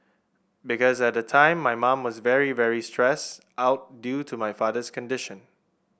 because at the time my mum was very very stressed out due to my father's condition